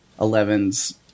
Eleven's